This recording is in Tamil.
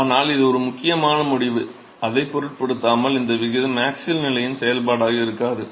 ஆனால் இது ஒரு முக்கியமான முடிவு அதைப் பொருட்படுத்தாமல் இந்த விகிதம் ஆக்ஸியல் நிலையின் செயல்பாடாக இருக்காது